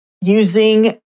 using